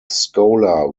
scholar